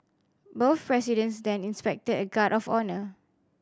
both presidents then inspected a guard of honour